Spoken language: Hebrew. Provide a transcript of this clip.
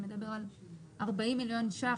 שמדבר על 40 מיליון ש"ח,